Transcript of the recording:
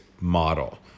model